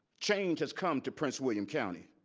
change has come to prince william county.